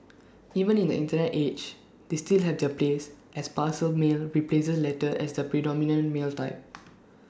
even in the Internet age they still have their place as parcel mail replaces letters as the predominant mail type